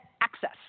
access